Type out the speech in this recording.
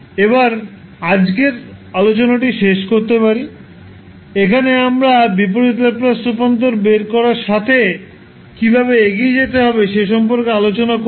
এবার আজকের আলোচনাটি শেষ করতে পারি এখানে আমরা বিপরীত ল্যাপ্লাস রূপান্তর বের করার সাথে কীভাবে এগিয়ে যেতে হবে সে সম্পর্কে আলোচনা করব